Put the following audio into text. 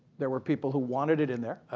there were people who wanted it in there.